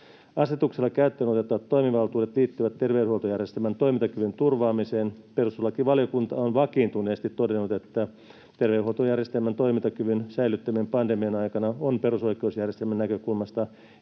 Asetuksella käyttöön otettavat toimivaltuudet liittyvät terveydenhuoltojärjestelmän toimintakyvyn turvaamiseen. Perustuslakivaliokunta on vakiintuneesti todennut, että terveydenhoitojärjestelmän toimintakyvyn säilyttäminen pandemian aikana on perusoikeusjärjestelmän näkökulmasta erittäin